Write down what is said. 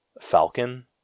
Falcon